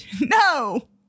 No